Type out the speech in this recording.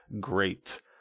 great